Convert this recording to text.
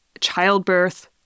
childbirth